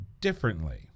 differently